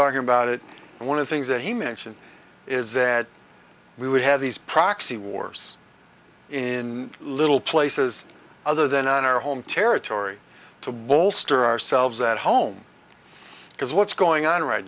star about it and one of the things that he mentions is that we have these proxy wars in little places other than on our home territory to bolster ourselves at home because what's going on right